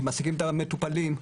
שמעסיקים את המטופלים.